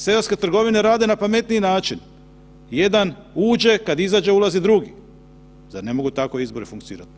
Seoske trgovine rade na pametniji način jedan uđe, kad izađe drugi, zar ne mogu tako izbori funkcionirati?